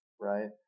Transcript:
right